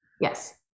Yes